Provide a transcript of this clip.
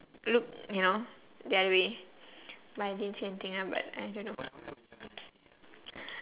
look you know the other way but I didn't see anything ah but I don't know